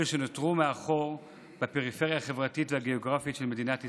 אלה שנותרו מאחור בפריפריה החברתית והגיאוגרפית של מדינת ישראל.